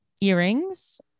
earrings